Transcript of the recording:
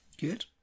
Good